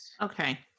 okay